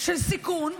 של סיכון,